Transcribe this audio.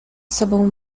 sobą